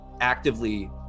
actively